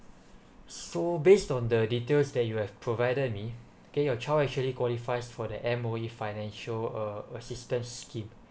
so based on the details that you have provided me okay your child actually qualifies for the M_O_E financial uh assistant scheme